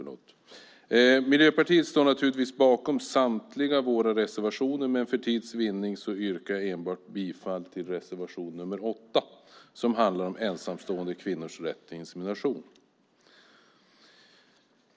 Vi i Miljöpartiet står naturligtvis bakom samtliga våra reservationer, men för tids vinnande yrkar jag enbart bifall till reservation nr 8, som handlar om ensamstående kvinnors rätt till insemination.